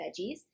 veggies